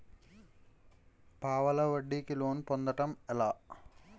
పావలా వడ్డీ కి లోన్ పొందటం ఎలా?